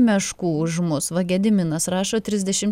meškų už mus va gediminas rašo trisdešim